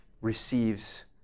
receives